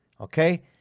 okay